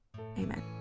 Amen